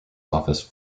office